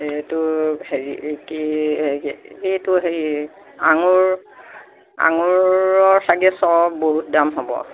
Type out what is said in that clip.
এইতো হেৰি কি এইটো হেৰি আঙুৰ আঙুৰৰ চাগৈ শ বহুত দাম হ'ব